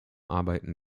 arbeiten